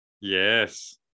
Yes